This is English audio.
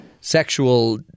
sexual